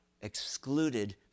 excluded